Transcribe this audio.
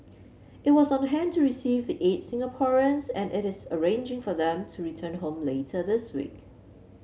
it was on hand to receive the eight Singaporeans and it is arranging for them to return home later this week